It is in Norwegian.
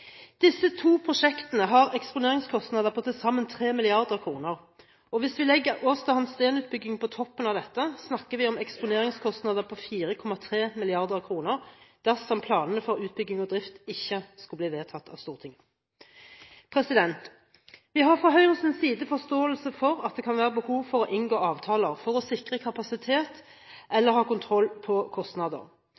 Disse to prosjektene har eksponeringskostnader på til sammen 3 mrd. kr, og hvis vi legger Aasta Hansteen-utbyggingen på toppen av dette, snakker vi om eksponeringskostnader på 4,3 mrd. kr dersom planene for utbygging og drift ikke skulle bli vedtatt av Stortinget. Vi har fra Høyres side forståelse for at det kan være behov for å inngå avtaler for å sikre kapasitet